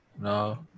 No